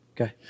Okay